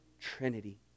trinity